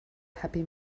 happy